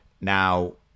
now